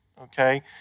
okay